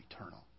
eternal